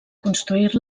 construir